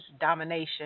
domination